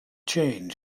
change